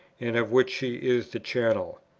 and of which she is the channel.